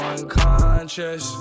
unconscious